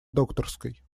докторской